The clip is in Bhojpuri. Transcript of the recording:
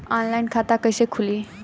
ऑनलाइन खाता कइसे खुली?